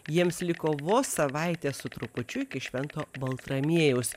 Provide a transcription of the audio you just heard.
jiems liko vos savaitė su trupučiu iki švento baltramiejaus